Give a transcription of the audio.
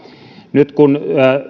nyt kun